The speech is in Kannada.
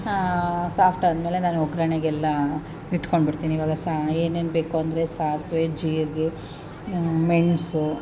ಸಾಫ್ಟ್ ಆದ್ಮೇಲೆ ನಾನು ಒಗ್ರಣೆಗೆ ಎಲ್ಲ ಇಟ್ಕೊಂಡ್ಬಿಡ್ತೀನಿ ಇವಾಗ ಸಹ ಏನೇನು ಬೇಕು ಅಂದರೆ ಸಾಸಿವೆ ಜೀರ್ಗೆ ಮೆಣ್ಸು